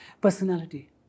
Personality